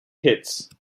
hits